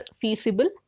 feasible